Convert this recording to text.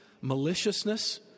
maliciousness